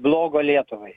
blogo lietuvai